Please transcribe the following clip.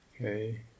okay